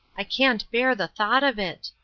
i can't bear the thought of it.